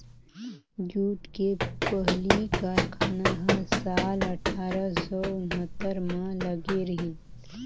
jute के पहिली कारखाना ह साल अठारा सौ उन्हत्तर म लगे रहिस